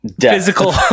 physical